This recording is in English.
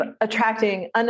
attracting